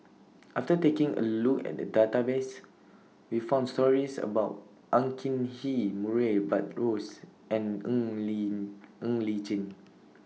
after taking A Look At The Database We found stories about Ang Hin Kee Murray Buttrose and Ng Li Chin